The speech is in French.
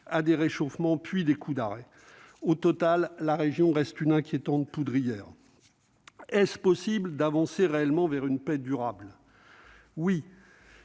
à des réchauffements et à des coups d'arrêt. Au total, la région reste une inquiétante poudrière. Est-il possible de progresser réellement vers une paix durable ? Oui,